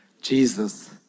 Jesus